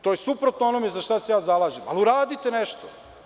To je suprotno onome za šta se ja zalažem, ali uradite nešto.